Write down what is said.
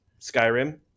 Skyrim